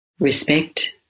Respect